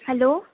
hello